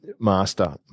Master